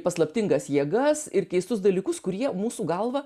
paslaptingas jėgas ir keistus dalykus kurie mūsų galva